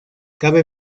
cabe